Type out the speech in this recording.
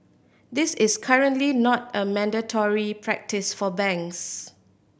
this is currently not a mandatory practice for banks